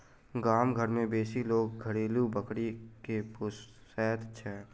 गाम घर मे बेसी लोक घरेलू बकरी के पोसैत छै